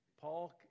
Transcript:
Paul